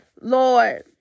lord